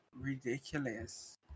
ridiculous